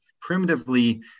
primitively